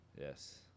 Yes